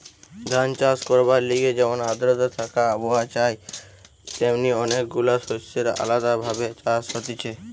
ধান চাষ করবার লিগে যেমন আদ্রতা থাকা আবহাওয়া চাই তেমনি অনেক গুলা শস্যের আলদা ভাবে চাষ হতিছে